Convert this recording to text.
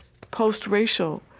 post-racial